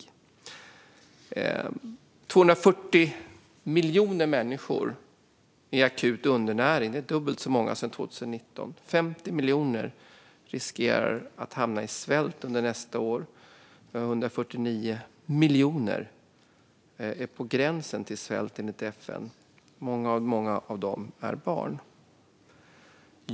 Vi vet också att 240 miljoner människor lider av akut undernäring, vilket är dubbelt så många som 2019. 50 miljoner människor riskerar att hamna i svält under nästa år, och 149 miljoner människor befinner sig enligt FN på gränsen till svält. Många av dem är barn.